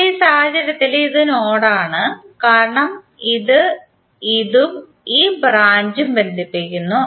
ഇപ്പോൾ ഈ സാഹചര്യത്തിൽ ഇത് നോഡാണ് കാരണം ഇത് ഇതും ഈ ബ്രാഞ്ചും ബന്ധിപ്പിക്കുന്നു